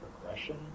progression